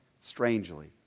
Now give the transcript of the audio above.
strangely